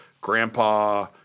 grandpa